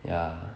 ya